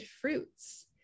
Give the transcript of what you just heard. fruits